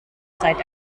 zeit